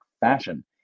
fashion